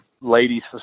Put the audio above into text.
ladies